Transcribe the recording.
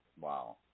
Wow